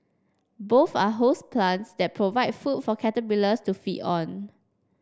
both are host plants that provide food for caterpillars to feed on